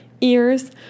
ears